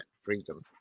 freedom